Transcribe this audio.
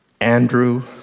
Andrew